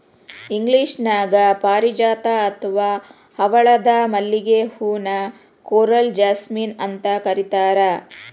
ಇಂಗ್ಲೇಷನ್ಯಾಗ ಪಾರಿಜಾತ ಅತ್ವಾ ಹವಳದ ಮಲ್ಲಿಗೆ ಹೂ ನ ಕೋರಲ್ ಜಾಸ್ಮಿನ್ ಅಂತ ಕರೇತಾರ